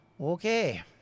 Okay